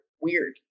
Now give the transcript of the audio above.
weird